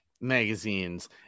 magazines